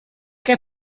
che